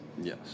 yes